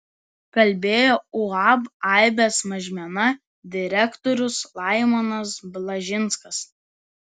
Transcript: kalbėjo uab aibės mažmena direktorius laimonas blažinskas